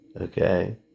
Okay